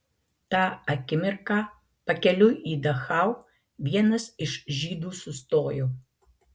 tą akimirką pakeliui į dachau vienas iš žydų sustojo